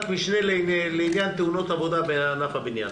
משנה לעניין תאונות עבודה בענף הבניין.